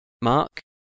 mark